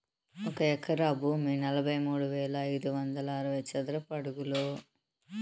ఒక ఎకరా భూమి నలభై మూడు వేల ఐదు వందల అరవై చదరపు అడుగులు